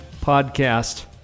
podcast